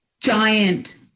Giant